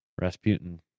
Rasputin